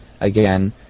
again